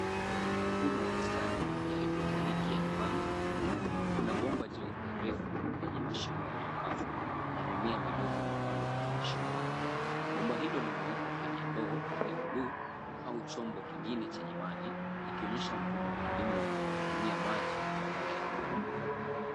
Mfumo wa bustani ya hydroponic ya nyumbani. Kuna bomba jeupe refu lenye mashimo iliyokatwa na mimea midogo imepandwa kwenye mashimo hayo. Bomba hilo limewekwa kwenye ndoo ya buluu au chombo kingine chenye maji. Ikionyesha mfumo wa kilimo wa kutumia maji badala ya udongo.